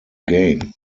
game